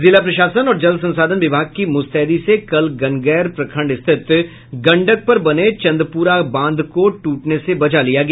जिला प्रशासन और जल संसाधन विभाग की मुस्तैदी से कल गनगैर प्रखंड स्थित गंडक पर बने चंदपुरा बांध को टूटने से बचा लिया गया